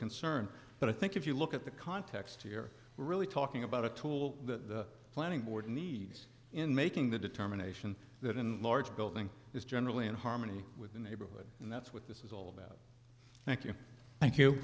concern but i think if you look at the context you're really talking about a tool the planning board needs in making the determination that in large building is generally in harmony with the neighborhood and that's what this is all about